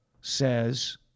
says